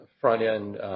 front-end